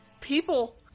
people